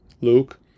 luke